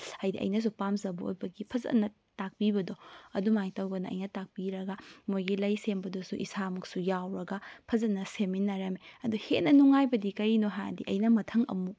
ꯍꯥꯏꯗꯤ ꯑꯩꯅꯁꯨ ꯄꯥꯝꯖꯕ ꯑꯣꯏꯕꯒꯤ ꯐꯖꯅ ꯇꯥꯛꯄꯤꯕꯗꯣ ꯑꯗꯨꯝꯍꯥꯏꯅ ꯇꯧꯗꯅ ꯑꯩꯅ ꯇꯥꯛꯄꯤꯔꯒ ꯃꯣꯏꯒꯤ ꯂꯩ ꯁꯦꯝꯕꯗꯨꯁꯨ ꯏꯁꯥꯃꯛꯁꯨ ꯌꯥꯎꯔꯒ ꯐꯖꯅ ꯁꯦꯝꯃꯤꯟꯅꯔꯝꯃꯦ ꯑꯗꯨ ꯍꯦꯟꯅ ꯅꯨꯡꯉꯥꯏꯕꯗꯤ ꯀꯔꯤꯅꯣ ꯍꯥꯏꯔꯗꯤ ꯑꯩꯅ ꯃꯊꯪ ꯑꯃꯨꯛ